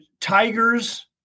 tigers